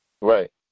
Right